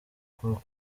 ubwo